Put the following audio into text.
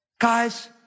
Guys